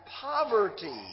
poverty